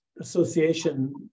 association